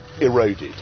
eroded